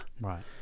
Right